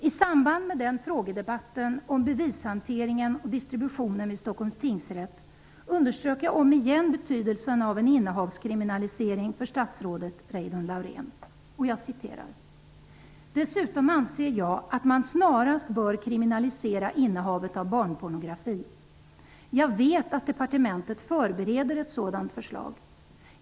I samband med frågedebatten om bevishanteringen/distributionen vid Stockholms tingsrätt underströk jag omigen betydelsen av en innehavskriminalisering för statsrådet Reidunn ''Dessutom anser jag att man snarast bör kriminalisera innehavet av barnpornografi -- jag vet att departementet förbereder ett sådant förslag.